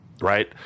right